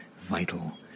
vital